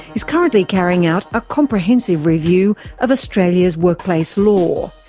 is currently carrying out a comprehensive review of australia's workplace law.